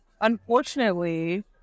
unfortunately